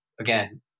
again